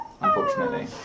unfortunately